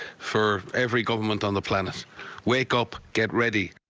for every government on the planet's wake up get ready.